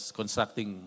constructing